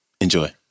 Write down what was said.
Enjoy